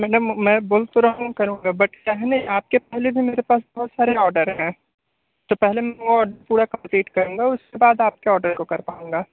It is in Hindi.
मैडम में बोल तो रहा हूँ करूँगा बट पहले आपके पहले भी मेरे पास बहुत सारे आर्डर हैं तो पहले में वो पूरा कंपलीट करूँगा उसके बाद आपके ऑर्डर को कर पाऊँगा